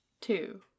two